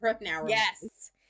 yes